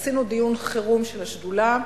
דיון חירום של השדולה,